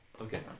Okay